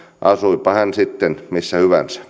asuipa hän sitten missä hyvänsä